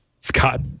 Scott